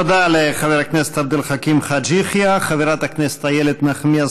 תודה לחבר הכנסת עבד אל חכים חאג' יחיא.